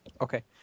Okay